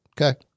Okay